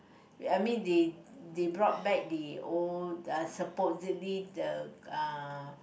I mean they they brought back the old uh supposedly the uh